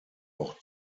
auch